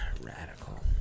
Radical